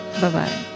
Bye-bye